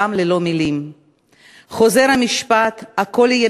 גם ללא מילים / חוזר המשפט: הכול יהיה